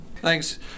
Thanks